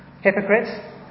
Hypocrites